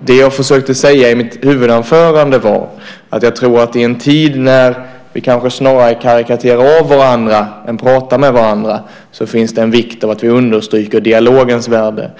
Det jag försökte säga i mitt huvudanförande var att jag tror att i en tid när vi kanske snarare karikerar varandra än pratar med varandra så finns det en vikt av att vi understryker dialogens värde.